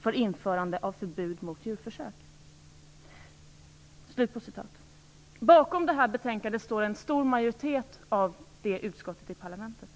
för införande av förbud mot djurförsök." Bakom betänkandet står en stor majoritet av nämnda utskott i parlamentet.